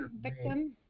Victim